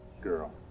girl